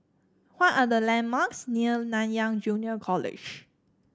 what are the landmarks near Nanyang Junior College